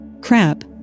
Crap